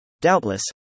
doubtless